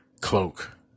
Cloak